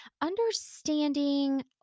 understanding